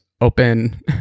open